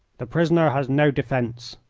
the prisoner has no defence,